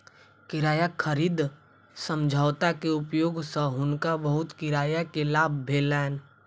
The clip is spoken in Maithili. किराया खरीद समझौता के उपयोग सँ हुनका बहुत किराया के लाभ भेलैन